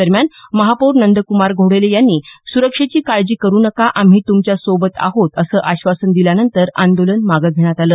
दरम्यान महापौर नंद्कुमार घोडेले यांनी सुरक्षेची काळजी करू नका आम्ही तुमच्यासोबत आहोत असं आश्वासन दिल्यानंतर आंदोलन मागं घेण्यात आलं